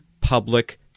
public